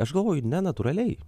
aš galvoju ne natūraliai